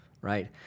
right